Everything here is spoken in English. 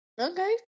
Okay